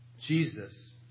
Jesus